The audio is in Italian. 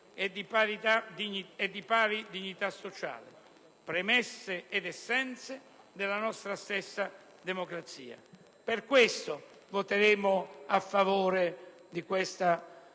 e di pari dignità sociale, premesse ed essenza della nostra stessa democrazia. Per questo voteremo a favore di tale